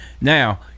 Now